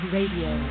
Radio